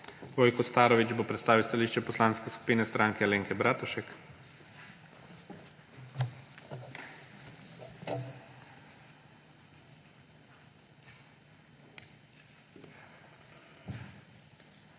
Vojko Starović bo predstavil stališče Poslanske skupine Stranke Alenke Bratušek.